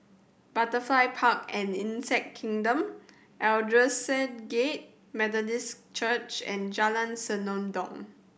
Butterfly Park and Insect Kingdom Aldersgate Methodist Church and Jalan Senandong